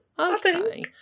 Okay